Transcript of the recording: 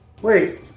Wait